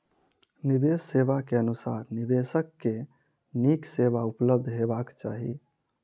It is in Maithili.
निवेश सेवा के अनुसार निवेशक के नीक सेवा उपलब्ध हेबाक चाही